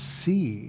see